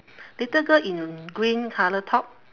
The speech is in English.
little girl in green colour top